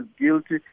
guilty